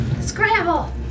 Scramble